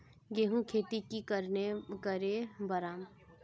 गेंहू खेती की करे बढ़ाम?